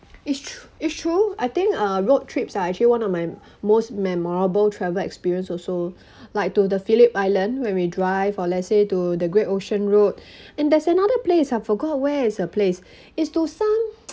it's tr~ it's true I think uh road trips are actually one of my most memorable travel experience also like to the phillip island when we drive or let's say to the great ocean road and there's another place I forgot where is a place is to some